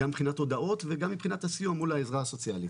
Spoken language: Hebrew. הודעות וגם מבחינת הסיוע מול העזרה הסוציאלית.